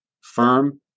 firm